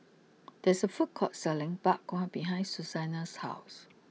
there's a food court selling Bak Kwa behind Susannah's house